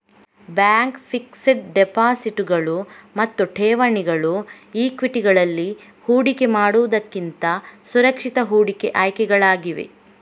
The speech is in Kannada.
ಬ್ಯಾಂಕ್ ಫಿಕ್ಸೆಡ್ ಡೆಪಾಸಿಟುಗಳು ಮತ್ತು ಠೇವಣಿಗಳು ಈಕ್ವಿಟಿಗಳಲ್ಲಿ ಹೂಡಿಕೆ ಮಾಡುವುದಕ್ಕಿಂತ ಸುರಕ್ಷಿತ ಹೂಡಿಕೆ ಆಯ್ಕೆಗಳಾಗಿವೆ